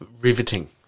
riveting